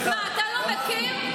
מה, אתה לא מכיר?